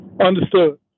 Understood